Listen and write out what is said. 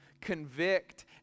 Convict